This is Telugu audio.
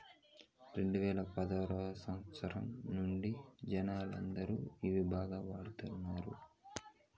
రెండువేల పదారవ సంవచ్చరం నుండి జనాలందరూ ఇవి బాగా వాడుతున్నారు